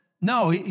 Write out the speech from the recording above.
No